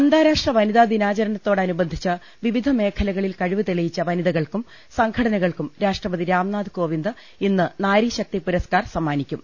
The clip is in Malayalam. അന്താരാഷ്ട്ര വനിതാ ദിനാചരണത്തോടനുബന്ധിച്ച് വിവിധ മേഖലകളിൽ കഴിവ് തെളിയിച്ച വനിതകൾക്കും സംഘടനകൾക്കും രാഷ്ട്രപതി രാംനാഥ് കോവിന്ദ് ഇന്ന് നാരി ശക്തി പുരസ്ക്കാർ സമ്മാ നിക്കും